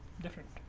different